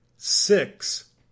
Six